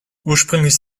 ursprünglich